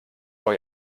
vor